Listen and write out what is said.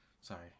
Sorry